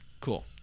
Cool